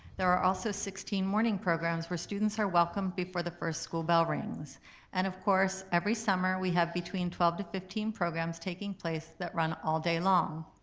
there are also sixteen morning programs where students are welcome before the first school bell rings and of course, every summer we have between twelve to fifteen programs taking place that run all day long.